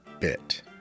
bit